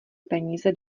peníze